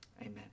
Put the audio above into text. Amen